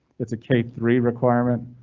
it's a cape three requirement,